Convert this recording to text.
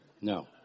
No